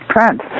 France